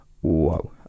whoa